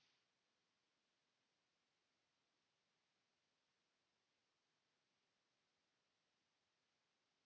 Kiitos.